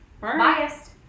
biased